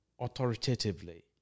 authoritatively